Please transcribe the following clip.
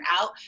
out